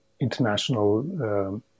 international